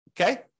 okay